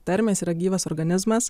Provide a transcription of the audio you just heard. tarmės yra gyvas organizmas